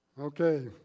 Okay